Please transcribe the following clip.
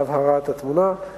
להבהרת התמונה.